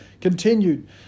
continued